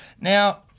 Now